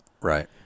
Right